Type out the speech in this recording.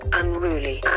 unruly